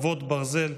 חרבות ברזל)